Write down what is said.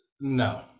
No